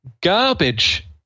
garbage